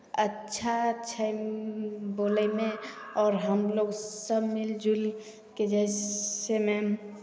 अच्छा छै बोलयमे आओर हमलोग सभ मिलि जुलि कऽ जइसे मै